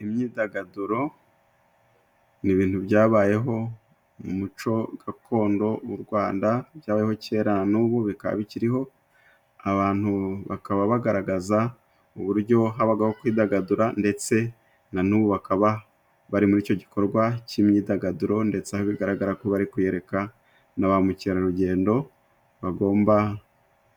Imyidagaduro ni ibintu byabayeho mu muco gakondo mu Rwanda. Byabayeho kera n'ubu bikaba bikiriho, abantu bakaba bagaragaza uburyo habagaho kwidagadura ndetse na n'ubu bakaba bari muri icyo gikorwa cy'imyidagaduro, ndetse bigaragara ko bari kwiyereka na ba mukerarugendo bagomba